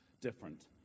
different